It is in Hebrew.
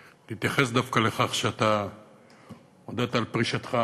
להתייחס דווקא לכך שאתה הודעת על פרישתך